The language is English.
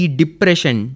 depression